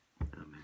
amen